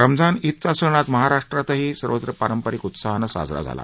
रमजान ईद चा सण आज महाराष्ट्रात सर्वत्र पारंपरिक उत्साहाने साजरा झाला